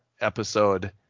episode